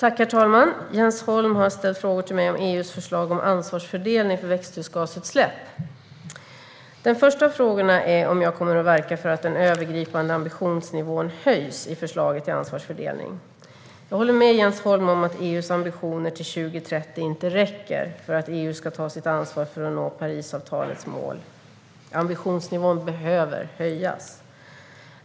Herr talman! Jens Holm har ställt frågor till mig om EU:s förslag om ansvarsfördelning för växthusgasutsläpp. Den första av frågorna är om jag kommer att verka för att den övergripande ambitionsnivån höjs i förslaget till ansvarsfördelning. Jag håller med Jens Holm om att EU:s ambitioner till 2030 inte räcker för att EU ska ta sitt ansvar för att nå Parisavtalets mål. Ambitionsnivån behöver höjas.